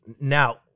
Now